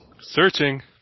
Searching